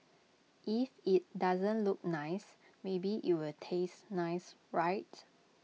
if IT doesn't look nice maybe it'll taste nice right